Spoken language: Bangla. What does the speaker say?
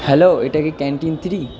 হ্যালো এটা কি ক্যান্টিন থ্রি